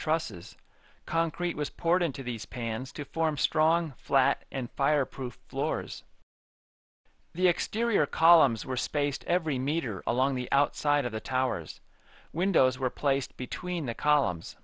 trusses concrete was poured into these pans to form strong flat and fireproof floors the exterior columns were spaced every meter along the outside of the towers windows were placed between the columns